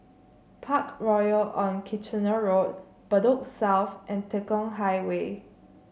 Parkroyal on Kitchener Road Bedok South and Tekong Highway